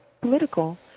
political